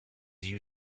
you